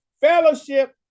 fellowship